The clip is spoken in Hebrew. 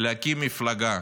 להקים מפלגה.